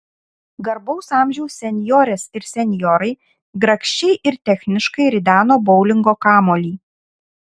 garbaus amžiaus senjorės ir senjorai grakščiai ir techniškai rideno boulingo kamuolį